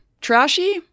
trashy